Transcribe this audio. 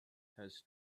has